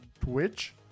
twitch